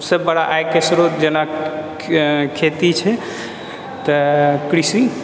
से बड़ा आयके स्रोत जेना खेती छै तऽ कृषि